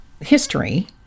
history